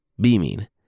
Beaming